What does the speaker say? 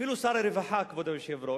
אפילו שר הרווחה, כבוד היושב-ראש,